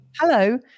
Hello